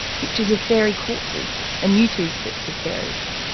pictures of fairy corpses and youtube clips of fairies.